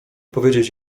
powiedzieć